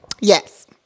Yes